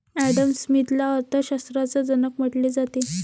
Adam स्मिथला अर्थ शास्त्राचा जनक म्हटले जाते